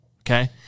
Okay